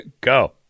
Go